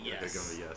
yes